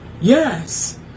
Yes